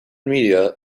media